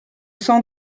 sang